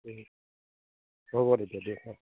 হ'ব পিছে দিয়ক